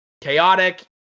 Chaotic